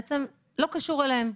בעצם לא קשור אליהם.